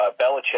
Belichick